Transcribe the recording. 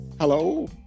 hello